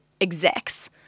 execs